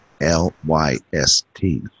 L-Y-S-T